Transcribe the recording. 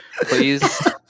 Please